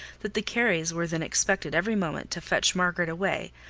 that the careys were then expected every moment to fetch margaret away,